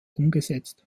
umgesetzt